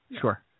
sure